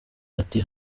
ati